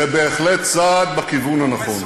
זה בהחלט צעד בכיוון הנכון,